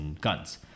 guns